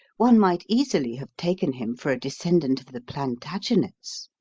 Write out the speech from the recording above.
one might easily have taken him for a descendant of the plantagenets.